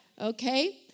okay